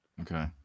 Okay